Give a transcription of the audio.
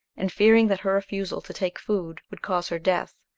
and fearing that her refusal to take food would cause her death,